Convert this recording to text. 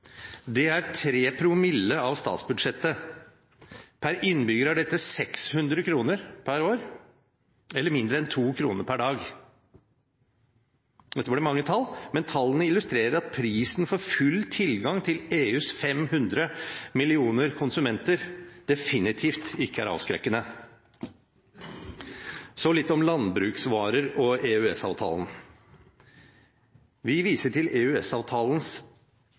Det er 3 promille av statsbudsjettet. Per innbygger er dette 600 kr per år eller mindre enn 2 kr per dag. Dette ble mange tall, men tallene illustrerer at prisen for full tilgang til EUs 500 millioner konsumenter definitivt ikke er avskrekkende. Så litt om landbruksvarer og EØS-avtalen. Vi viser til